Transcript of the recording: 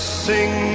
sing